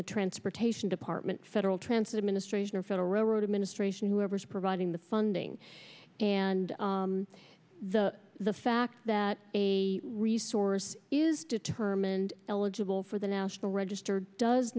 the transportation department federal transfer administration or federal railroad administration whoever's providing the funding and the the fact that a resource is determined eligible for the national register does